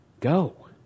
Go